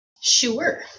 Sure